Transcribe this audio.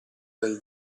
del